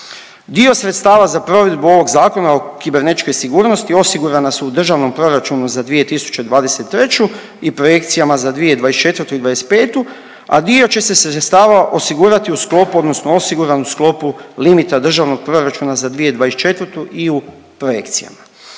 Dio sredstava za provedbu ovog Zakona o kibernetičkoj sigurnosti osigurana su u državnom proračunu za 2023. i projekcijama za 2024. i '25., a dio će se sredstava osigurati u sklopu odnosno osiguran u sklopu limita državnog proračuna za 2024. i u projekcijama.